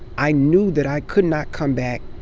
i knew that i could not come back